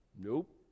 Nope